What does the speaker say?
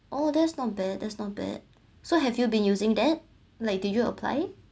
oh that's not bad that's not bad so have you been using that like did you apply